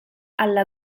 alla